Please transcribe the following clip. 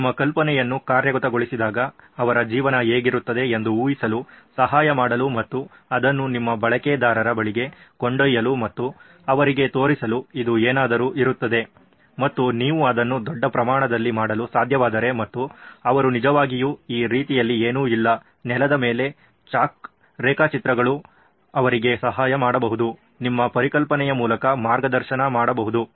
ನಿಮ್ಮ ಕಲ್ಪನೆಯನ್ನು ಕಾರ್ಯಗತಗೊಳಿಸಿದಾಗ ಅವರ ಜೀವನ ಹೇಗಿರುತ್ತದೆ ಎಂದು ಊಹಿಸಲು ಸಹಾಯ ಮಾಡಲು ಮತ್ತು ಅದನ್ನು ನಿಮ್ಮ ಬಳಕೆದಾರರ ಬಳಿಗೆ ಕೊಂಡೊಯ್ಯಲು ಮತ್ತು ಅವರಿಗೆ ತೋರಿಸಲು ಇದು ಏನಾದರೂ ಇರುತ್ತದೆ ಮತ್ತು ನೀವು ಅದನ್ನು ದೊಡ್ಡ ಪ್ರಮಾಣದಲ್ಲಿ ಮಾಡಲು ಸಾಧ್ಯವಾದರೆ ಮತ್ತು ಅವರು ನಿಜವಾಗಿಯೂ ಈ ರೀತಿಯಲ್ಲಿ ಏನೂ ಇಲ್ಲ ನೆಲದ ಮೇಲೆ ಚಾಕ್ ರೇಖಾಚಿತ್ರಗಳು ಅವರಿಗೆ ಸಹಾಯ ಮಾಡಬಹುದು ನಿಮ್ಮ ಪರಿಕಲ್ಪನೆಯ ಮೂಲಕ ಮಾರ್ಗದರ್ಶನ ಮಾಡಬಹುದು